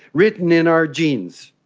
written in our genes.